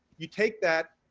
you take that,